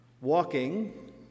walking